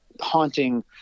haunting